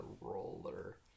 Roller